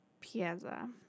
Piazza